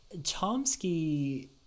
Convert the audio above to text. Chomsky